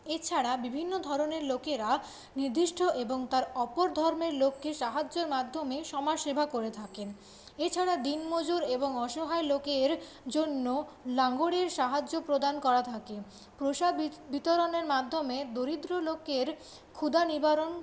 এছাড়া বিভিন্ন ধরনের লোকেরা নির্দিষ্ট এবং তার অপর ধর্মের লোককে সাহায্যের মাধ্যমে সমাজসেবা করে থাকেন এছাড়া দিনমজুর এবং অসহায় লোকের জন্য লঙ্গরের সাহায্য প্রদান করা থাকে প্রসাদ বিতরণের মাধ্যমে দরিদ্র লোকের ক্ষুধা নিবারণ